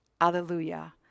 Alleluia